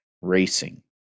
racing